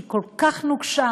שהיא כל כך נוקשה,